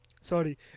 sorry